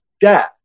death